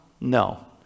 No